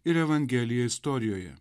ir evangeliją istorijoje